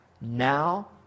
Now